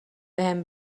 بهم